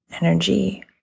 energy